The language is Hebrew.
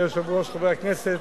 אדוני היושב-ראש, חברי הכנסת,